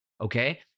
okay